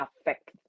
affect